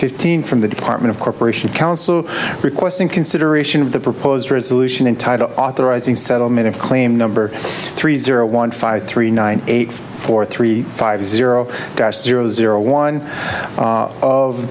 fifteen from the department of corporation counsel requesting consideration of the proposed resolution entitled authorizing settlement of claim number three zero one five three nine eight four three five zero zero zero one of